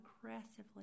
progressively